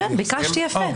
כן, ביקשתי יפה.